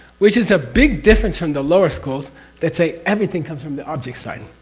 which is a big difference from the lower schools that say everything comes from the object's side.